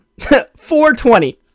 420